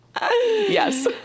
Yes